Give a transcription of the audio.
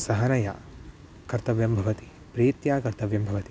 सहजतया कर्तव्यं भवति प्रीत्या कर्तव्यं भवति